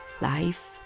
Life